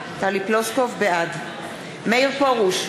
פלוסקוב, בעד מאיר פרוש,